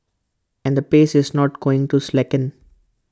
and the pace is not going to slacken